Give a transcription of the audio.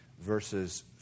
verses